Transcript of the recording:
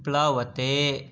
प्लवते